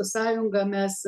sąjungą mes